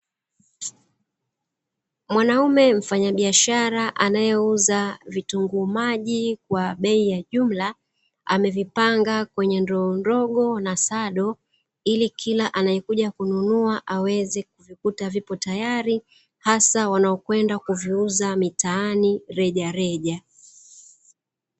Mwanaume mfanyabiashara anayeuza vitunguu maji kwa bei ya jumla, amevipanga kwenye ndoo ndogo na sado, ili kila anayekuja kununua aweze kuvikuta vipo tayari, hasa wanaokwenda kuviuza mitaani rejareja.